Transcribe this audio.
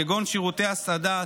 כגון שירותי הסעדה,